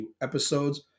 episodes